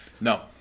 No